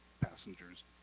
passengers